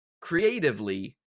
creatively